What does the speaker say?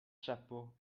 chapeau